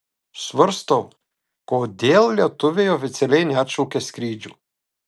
svarstau kodėl lietuviai oficialiai neatšaukia skrydžių